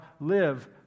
live